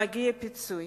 מגיע להם פיצוי.